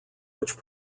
which